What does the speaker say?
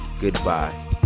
Goodbye